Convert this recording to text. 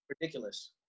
ridiculous